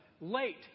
late